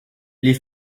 les